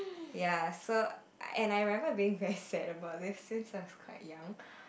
ya so and I remembered being very sad about this since I was quite young